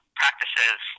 practices